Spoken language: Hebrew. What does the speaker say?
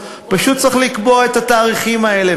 פשוט צריך לקבוע את התאריכים האלה,